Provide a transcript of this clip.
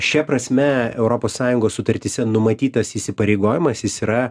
šia prasme europos sąjungos sutartyse numatytas įsipareigojimas jis yra